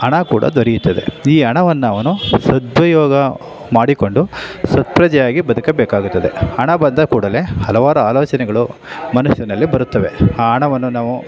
ಹಣ ಕೂಡ ದೊರೆಯುತ್ತದೆ ಈ ಹಣವನ್ನು ಅವನು ಸದುಪಯೋಗ ಮಾಡಿಕೊಂಡು ಸತ್ಪ್ರಜೆಯಾಗಿ ಬದುಕಬೇಕಾಗುತ್ತದೆ ಹಣ ಬಂದ ಕೂಡಲೇ ಹಲವಾರು ಆಲೋಚನೆಗಳು ಮನಸ್ಸಿನಲ್ಲಿ ಬರುತ್ತವೆ ಆ ಹಣವನ್ನು ನಾವು